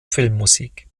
filmmusik